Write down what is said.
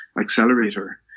accelerator